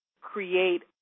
create